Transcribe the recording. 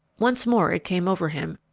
once more it came over him,